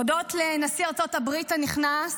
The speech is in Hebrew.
הודות לנשיא ארצות הברית הנכנס,